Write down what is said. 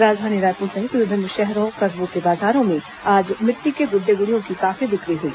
राजधानी रायपुर सहित विभिन्न शहरों कस्बों के बाजारों में आज मिट्टी के गुड्डे गुडियों की काफी बिक्री हुई